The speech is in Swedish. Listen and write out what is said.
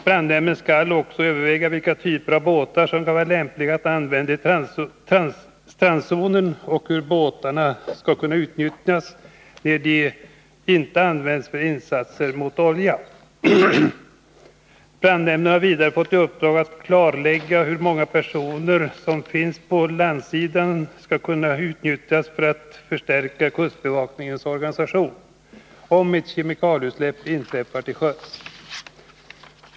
Brandnämnden skall också överväga vilka typer av båtar som kan vara lämpliga att använda i strandzonen och hur båtarna skall kunna utnyttjas när de inte används för insatser mot olja. Brandnämnden har vidare fått i uppdrag att klarlägga hur personer som finns på landsidan skall kunna utnyttjas för att förstärka kustbevakningens organisation, om ett kemikalieutsläpp inträffar till sjöss.